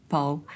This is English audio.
Paul